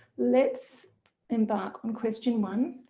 let's embark on question one,